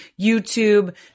YouTube